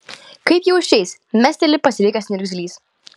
kaip jau išeis mesteli pasilikęs niurgzlys